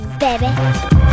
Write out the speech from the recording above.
baby